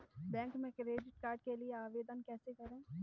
Bank में credit card के लिए आवेदन कैसे करें?